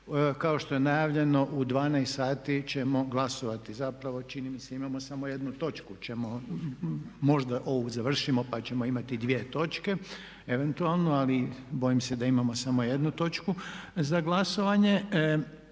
kao što je najavljeno u 12 sati ćemo glasovati, zapravo čini mi se imamo samo jednu točku, možda ovu završimo pa ćemo imati dvije točke eventualno, ali bojim se da imao samo jednu točku za glasovanje.